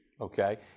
Okay